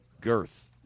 girth